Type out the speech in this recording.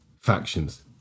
factions